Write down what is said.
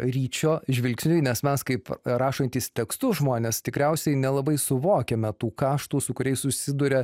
ryčio žvilgsniui nes mes kaip rašantys tekstus žmonės tikriausiai nelabai suvokiame tų kaštų su kuriais susiduria